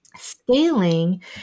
scaling